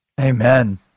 Amen